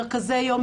מרכזי יום,